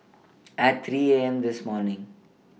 At three A M This morning